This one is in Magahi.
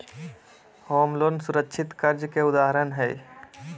होम लोन सुरक्षित कर्ज के उदाहरण हय